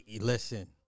listen